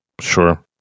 Sure